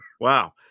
Wow